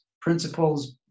principles